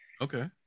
okay